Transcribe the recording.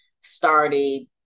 started